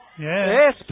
Yes